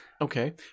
Okay